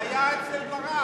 היה אצל ברק.